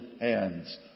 hands